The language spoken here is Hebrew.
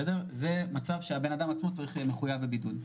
זה מצב שהבנאדם עצמו חייב בבידוד.